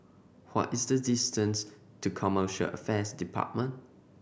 what is the distance to Commercial Affairs Department